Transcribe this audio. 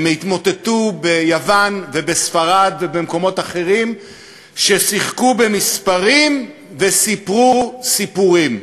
הן התמוטטו ביוון ובספרד ובמקומות אחרים ששיחקו במספרים וסיפרו סיפורים.